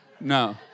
No